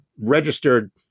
registered